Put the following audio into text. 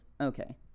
Okay